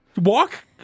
walk